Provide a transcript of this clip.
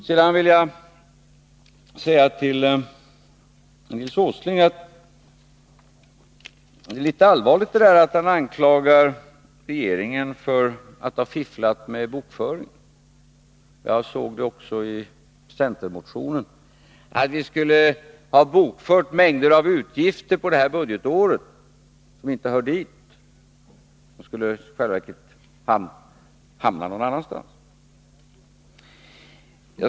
Sedan vill jag säga till Nils Åsling: Det är litet allvarligt att han anklagar regeringen för att ha fifflat med bokföringen — jag såg det också i centermotionen — att vi skulle ha bokfört mängder med utgifter på det här budgetåret som inte hörde hit och som i själva verket borde hamna någon annanstans.